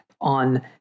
on